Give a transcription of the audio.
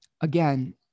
again